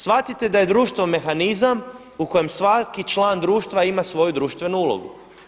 Shvatite da je društvo mehanizam u kojem svaki član društva ima svoju društvenu ulogu.